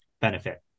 benefit